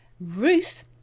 Ruth